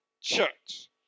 church